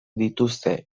dituzte